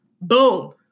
Boom